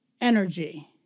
energy